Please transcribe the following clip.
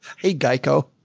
hey, geico,